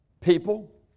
people